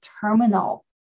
terminal